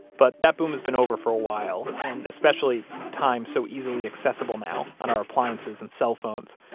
but that boom has been over for a while, and especially with time so easily accessible now on our appliances and cell phones,